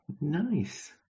Nice